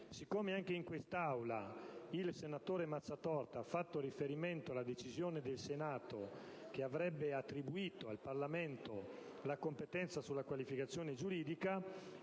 Siccome anche in quest'Aula il senatore Mazzatorta ha fatto riferimento alla decisione del Senato, che avrebbe attribuito al Parlamento la competenza sulla qualificazione giuridica,